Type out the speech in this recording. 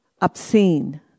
obscene